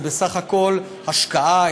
זה בסך הכול השקעה,